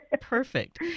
Perfect